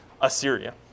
Assyria